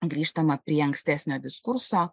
grįžtama prie ankstesnio diskurso